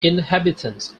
inhabitants